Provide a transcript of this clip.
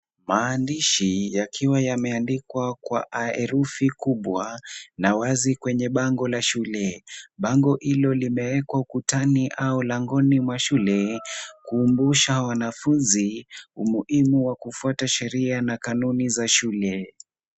Maandishi yakiwa yameandikwa kwa herufi kubwa na wazi kwenye bango la shule. Bango hilo limewekwa ukutani au langoni mwa shule kuwakumbusha wanafunzi umuhimu wa kufuata sheria na kanuni za shule.